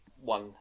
one